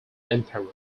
emperor